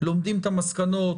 לומדים את המסקנות,